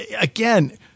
again